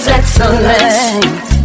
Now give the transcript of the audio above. excellence